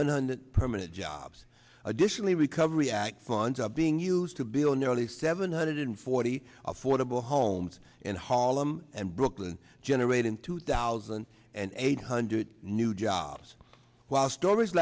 hundred permanent jobs additionally recovery act funds are being used to bill nearly seven hundred forty affordable homes in harlem and brooklyn generate in two thousand and eight hundred new jobs while stories